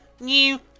new